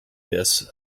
this